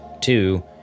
two